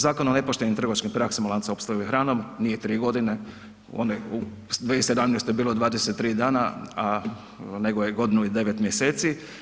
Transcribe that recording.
Zakon o nepoštenim trgovačkim praksama u lancima opskrbe hranom nije 3 godine, u 2017. bilo je 23 dana, a nego je godinu i 9 mjeseci.